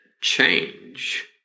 change